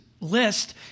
list